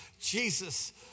Jesus